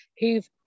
who've